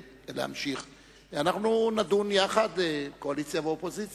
באולם המליאה היא כרגע על-פי שיקול